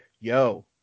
yo